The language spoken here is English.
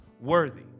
worthy